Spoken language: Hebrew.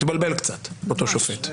התבלבל קצת, אותו שופט.